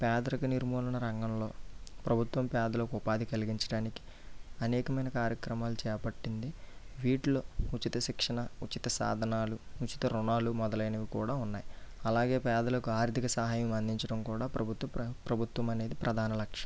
పేదరిక నిర్మూలన రంగంలో ప్రభుత్వం పేదలకు ఉపాధి కలిగించడానికి అనేకమైన కార్యక్రమాలు చేపట్టింది వీటిలో ఉచిత శిక్షణ ఉచిత సాధనాలు ఉచిత రుణాలు మొదలైనవి కూడా ఉన్నాయి అలాగే పేదలకు ఆర్థిక సహాయం అందించడం కూడా ప్రభుత్వం ప్ర ప్రభుత్వం అనేది ప్రధాన లక్ష్యం